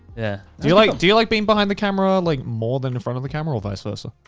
yeah. do you like do you like being behind the camera, like more than in front of the camera or vice versa?